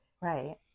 right